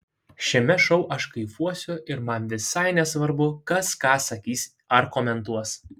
šiame šou aš kaifuosiu ir man visai nesvarbu kas ką sakys ar komentuos